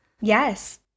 Yes